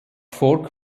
fork